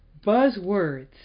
buzzwords